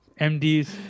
MDs